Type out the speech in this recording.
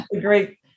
great